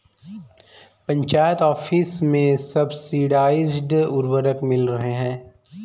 panchayat office में subsidised उर्वरक मिल रहे हैं